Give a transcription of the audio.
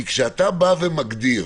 כי כשאתה מגדיר